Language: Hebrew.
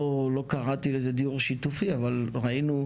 לא קראתי לזה דיור שיתופי אבל ראינו.